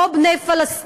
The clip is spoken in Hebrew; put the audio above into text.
הו בני פלסטין,